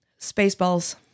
Spaceballs